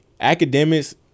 academics